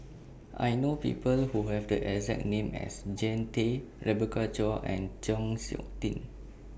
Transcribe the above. I know People Who Have The exact name as Jean Tay Rebecca Chua and Chng Seok Tin